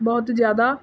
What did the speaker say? ਬਹੁਤ ਜਿਆਦਾ